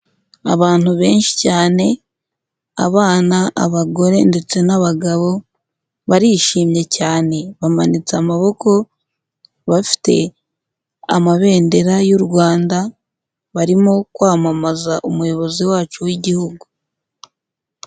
Abantu benshi cyane: abana, abagore ndetse n'abagabo barishimye cyane. Bamanitse amaboko bafite amabendera y'u Rwanda, barimo kwamamaza umuyobozi wacu w'igihugu.